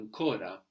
ancora